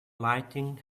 lightning